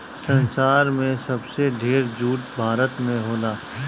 संसार में सबसे ढेर जूट भारत में होला